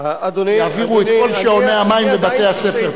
יעבירו את כל שעוני המים לבתי-ספר.